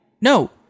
No